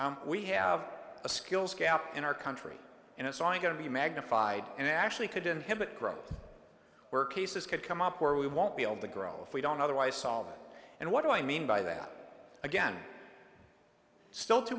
p we have a skills gap in our country and it's only going to be magnified and actually could inhibit growth where cases could come up where we won't be able to grow if we don't otherwise solve and what do i mean by that again still too